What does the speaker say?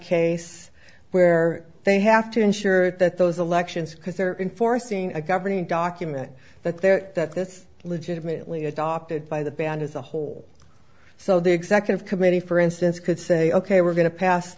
case where they have to ensure that those elections because they're enforcing a governing document that they're that this legitimately adopted by the band as a whole so the executive committee for instance could say ok we're going to pass